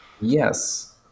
yes